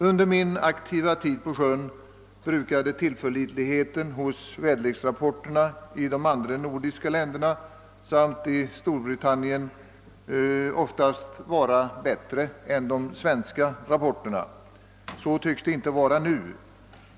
Under min aktiva tid på sjön brukade tillförlitligheten hos väderleksrapporterna i de andra nordiska länderna och i Storbritannien oftast vara bättre än de svenska rapporternas. Så tycks det inte vara nu.